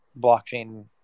blockchain